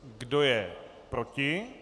Kdo je proti?